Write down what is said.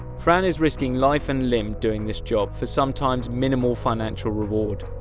fran is risking life and limb doing this job, for sometimes minimal financial reward.